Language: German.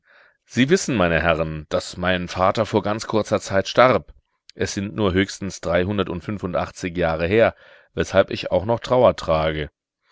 sie wissen meine herren daß mein vater vor ganz kurzer zeit starb es sind nur höchstens dreihundertundfünfundachtzig jahre her weshalb ich auch noch trauer trage